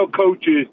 coaches